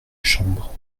chambre